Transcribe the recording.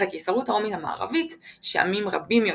אך הקיסרות הרומית המערבית שעמים רבים יותר,